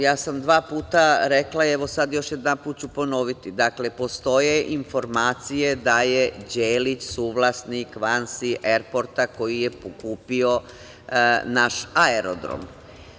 Ja sam dva puta rekla i još jednom ću ponoviti, postoje informacije da je Đelić suvlasnik "Vansi erporta" koji je kupio naš aerodrom.